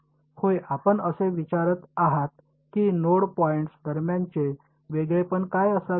होय आपण असे विचारत आहात की नोड पॉईंट्स दरम्यानचे वेगळेपण काय असावे